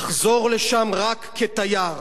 אחזור לשם רק כתייר.